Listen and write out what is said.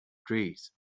trees